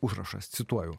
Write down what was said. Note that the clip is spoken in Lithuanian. užrašas cituoju